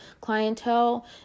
clientele